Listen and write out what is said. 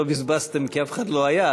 לא בזבזתם כי אף אחד לא היה,